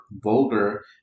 vulgar